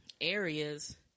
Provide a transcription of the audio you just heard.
areas